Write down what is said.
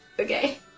Okay